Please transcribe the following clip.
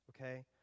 okay